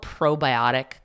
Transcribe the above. probiotic